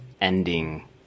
ending